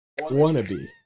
wannabe